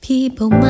People